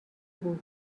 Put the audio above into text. بود